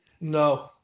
No